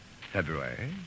February